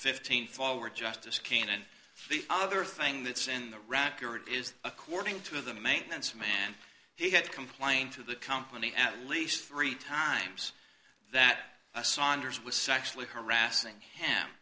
fifteen forward justice kane and the other thing that's in the record is according to the maintenance man he had complained to the company at least three times that saunders was sexually harassing him